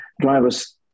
drivers